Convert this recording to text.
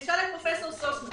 תשאל את פרופ' סוסנה,